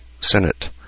Senate